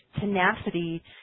tenacity